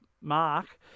mark